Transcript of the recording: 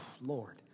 Lord